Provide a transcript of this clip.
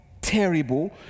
terrible